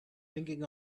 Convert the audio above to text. thinking